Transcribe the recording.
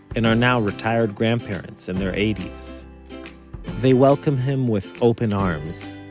and are now retired grandparents in their eighties they welcome him with open arms,